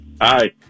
Hi